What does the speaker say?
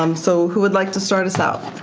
um so who would like to start us out?